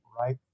right